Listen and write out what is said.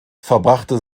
verbrachte